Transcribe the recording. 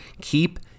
keep